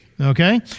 Okay